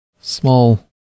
small